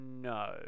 no